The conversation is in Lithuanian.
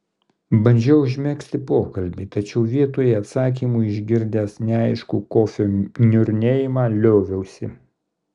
bandžiau užmegzti pokalbį tačiau vietoje atsakymų išgirdęs neaiškų kofio niurnėjimą lioviausi